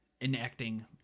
enacting